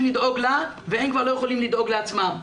לדאוג לה והם כבר לא יכולים לדאוג לעצמם,